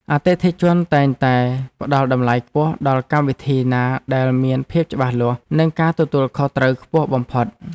អតិថិជនតែងតែផ្តល់តម្លៃខ្ពស់ដល់កម្មវិធីណាដែលមានភាពច្បាស់លាស់ និងការទទួលខុសត្រូវខ្ពស់បំផុត។